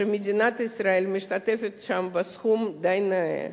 שמדינת ישראל משתתפת שם בסכום די נאה.